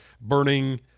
burning